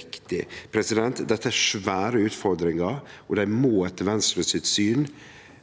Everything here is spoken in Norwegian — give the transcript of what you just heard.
riktig. Dette er svære utfordringar, og dei må etter Venstre sitt syn